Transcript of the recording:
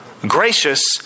gracious